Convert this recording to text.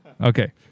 Okay